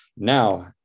now